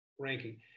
ranking